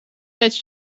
pēc